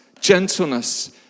gentleness